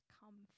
come